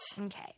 okay